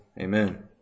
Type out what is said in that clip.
Amen